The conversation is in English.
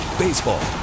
Baseball